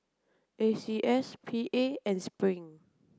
A C S P A and Spring